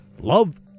Love